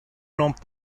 non